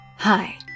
Hi